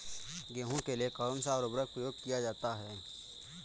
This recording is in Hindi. गेहूँ के लिए कौनसा उर्वरक प्रयोग किया जाता है?